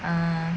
ah